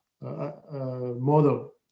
model